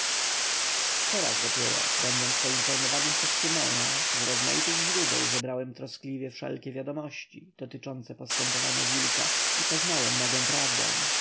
teraz dopiero będąc poinformowanym przez szymona z rozmaitych źródeł zebrałem troskliwie wszelkie wiadomości dotyczące postępowania wilka i poznałem nagą prawdę